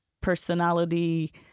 personality